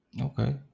Okay